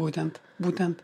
būtent būtent